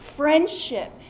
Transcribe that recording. friendship